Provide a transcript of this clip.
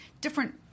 different